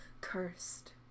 Cursed